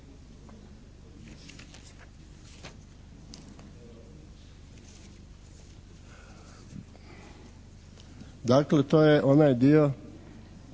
Dakle, to je onaj dio